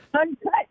Uncut